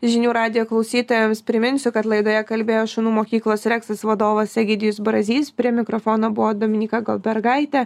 žinių radijo klausytojams priminsiu kad laidoje kalbėjo šunų mokyklos reksas vadovas egidijus brazys prie mikrofono buvo dominyka goldbergaitė